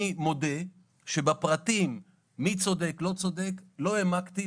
אני מודה שבפרטים - מי צודק ומי לא צודק - לא העמקתי,